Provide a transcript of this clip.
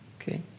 Okay